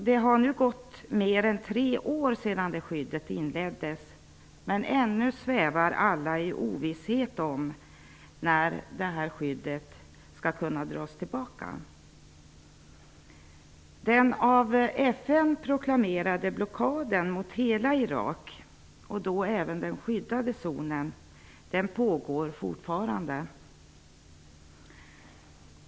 Det har nu gått mer än tre år sedan detta skydd upprättades, men ännu svävar alla i ovisshet om när skyddet skall kunna dras tillbaka. Irak -- och även den skyddade zonen -- pågår fortfarande.